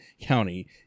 county